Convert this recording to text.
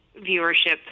viewership